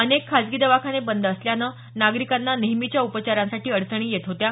अनेक खासगी दवाखाने बंद असल्यानं नागरिकांना नेहमीच्या उपचारांसाठी अडचणी येत होत्या